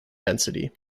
density